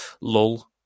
lull